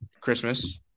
Christmas